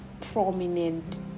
prominent